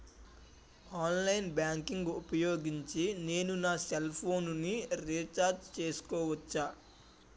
Online banking ఊపోయోగించి నేను నా సెల్ ఫోను ని రీఛార్జ్ చేసుకోవచ్చా?